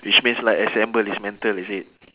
which means like assemble dismantle is it